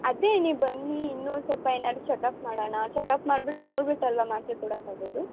ಅದೇ ನೀವು ಬನ್ನಿ ಇನ್ನೂ ಒಂದು ಸ್ವಲ್ಪ ಏನಾರು ಚೆಕಪ್ ಮಾಡೋಣ ಚೆಕಪ್ ಮಾಡ್ಬಿಟ್ಟು ನೋಡ್ಬಿಟ್ಟು ಅಲ್ವಾ ಮಾತ್ರೆ ಕೊಡೊಕ್ಕಾಗೋದು